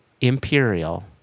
Imperial